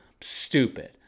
stupid